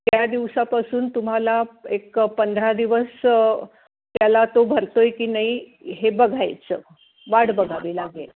त्या दिवसापासून तुम्हाला एक पंधरा दिवस त्याला तो भरतो आहे की नाही हे बघायचं वाट बघावी लागेल